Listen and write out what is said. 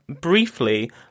briefly